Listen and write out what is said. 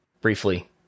Briefly